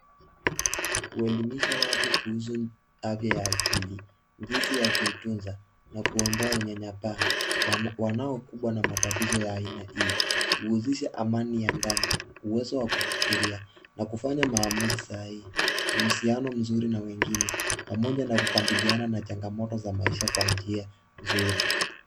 Kuelimisha watu kuhusu hali ya akili, jinsi ya kuitunza na kuondoa unyanyapaa. Wanaokunbwa na matatizo ya aina hii, huuzisha amani ya ndani, uwezo wa kufikiria na kufanya maaumuzi sahii, uhusiano mzuri na wengine pamoja na kukabiliana na changamoto za maisha kwa njia nzuri.